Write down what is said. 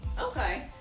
Okay